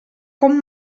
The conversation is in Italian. con